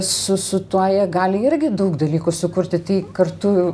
su su tuo jie gali irgi daug dalykų sukurti tai kartu